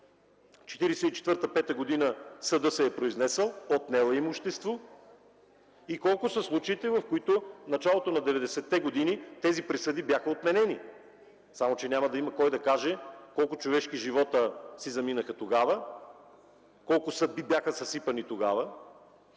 1944-1945 г. съдът се е произнесъл, отнел е имущество, и колко са случаите, в които в началото на 90-те години присъдите бяха отменени. Само че няма да има кой да каже колко човешки живота си заминаха тогава, колко съдби бяха съсипани тогава